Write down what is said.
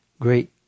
Great